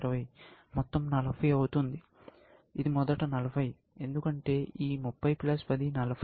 ఇది మొదట 40 ఎందుకంటే ఈ 30 10 40